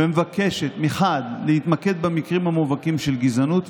ומבקשת מחד גיסא להתמקד במקרים המובהקים של גזענות,